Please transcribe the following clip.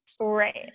right